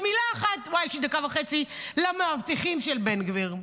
מילה אחת למאבטחים של בן גביר: